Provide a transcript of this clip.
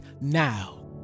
now